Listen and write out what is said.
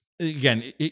Again